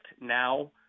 now